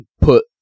put